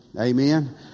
Amen